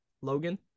Logan